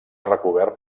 recobert